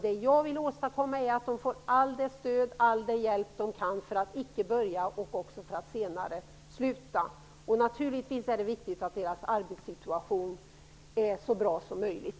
Det jag vill åstadkomma är att de får allt det stöd och all den hjälp de kan få för att icke börja röka och för att sluta röka. Det är naturligtvis viktigt att deras arbetssituation är så bra som möjligt.